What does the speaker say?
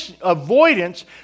avoidance